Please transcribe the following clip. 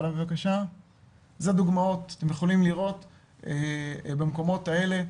כאן יש דוגמאות שאתם יכולים לראות במקומות האלה,